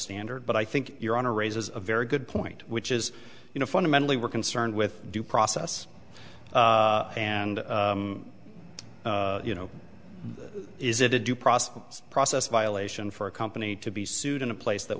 standard but i think your honor raises a very good point which is you know fundamentally we're concerned with due process and you know is it a due process process violation for a company to be sued in a place that